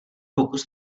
pokus